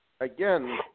again